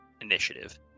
initiative